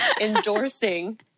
endorsing